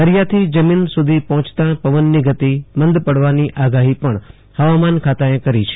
દરિયાથી જમીન સુધી પહોંચતા પવનની ગતિ મંદ પડવાની આગાહી પણ હવામાન ખાતાએ કરી છે